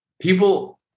people